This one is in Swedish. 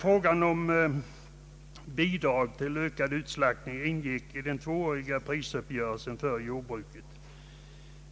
Frågan om bidrag till ökad utslaktning ingick i den tvååriga prisuppgörelsen för jordbruket.